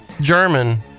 German